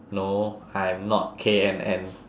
no I'm not K_N_N